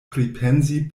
pripensi